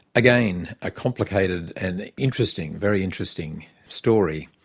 again, a complicated and interesting, very interesting, story.